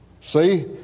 See